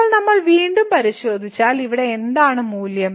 ഇപ്പോൾ നമ്മൾ വീണ്ടും പരിശോധിച്ചാൽ ഇവിടെ എന്താണ് മൂല്യം